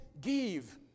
Give